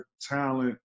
talent